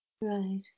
right